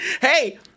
hey